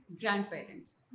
grandparents